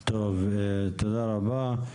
טוב, תודה רבה.